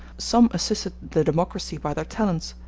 some assisted the democracy by their talents,